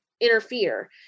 interfere